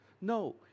No